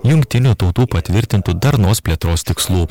jungtinių tautų patvirtintų darnos plėtros tikslų